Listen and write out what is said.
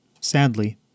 Sadly